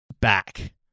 Back